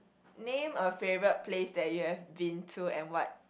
name a favourite place that you have been to and what